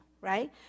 right